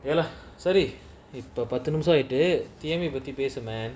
ya lah sorry பத்துநிமிஷம்ஆயிட்டுபத்திபேசுங்க:pathu nimisam ayitu pathi pesunga